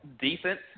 defense